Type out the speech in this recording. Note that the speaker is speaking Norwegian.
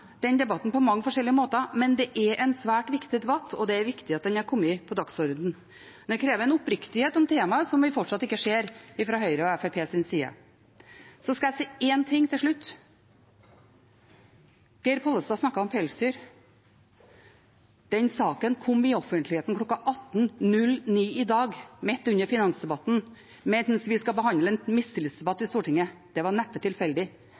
den debatten på mange forskjellige måter, men det er en svært viktig debatt, og det er viktig at den er kommet på dagsordenen. Men den krever en oppriktighet om temaet som vi fortsatt ikke ser fra Høyre og Fremskrittspartiets side. Så skal jeg si én ting til slutt. Geir Pollestad snakket om pelsdyr. Den saken kom ut i offentligheten kl. 18.09 i dag, midt under finansdebatten og mens vi skal behandle en mistillitsdebatt i Stortinget. Det var neppe tilfeldig.